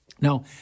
Now